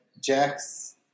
Jack's